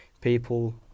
people